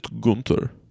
Gunther